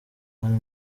mani